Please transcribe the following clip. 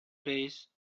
place